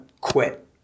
quit